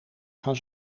gaan